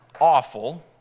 awful